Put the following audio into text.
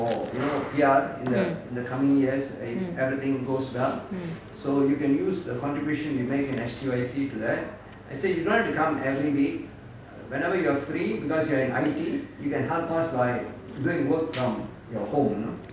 mm mm mm